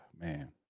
Man